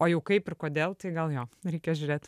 o jau kaip ir kodėl tai gal jo reikia žiūrėti